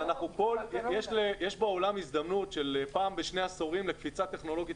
יש בעולם הזדמנות של פעם בשני עשורים לקפיצה טכנולוגית